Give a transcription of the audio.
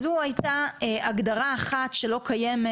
זו הייתה הגדרה אחת שלא קיימת,